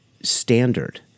standard